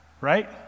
Right